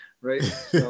Right